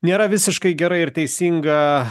nėra visiškai gerai ir teisinga